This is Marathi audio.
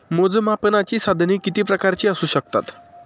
मोजमापनाची साधने किती प्रकारची असू शकतात?